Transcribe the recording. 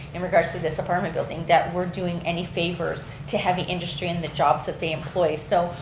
in regards to this apartment building, that we're doing any favors to heavy industry and the jobs that they employ. so,